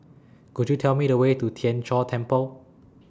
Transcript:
Could YOU Tell Me The Way to Tien Chor Temple